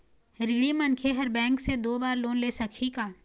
ऋणी मनखे हर बैंक से दो बार लोन ले सकही का?